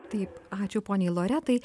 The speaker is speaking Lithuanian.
taip ačiū poniai loretai